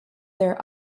their